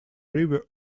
river